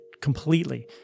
completely